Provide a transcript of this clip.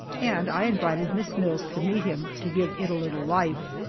and i invited miss mills to meet him, to give it a little life.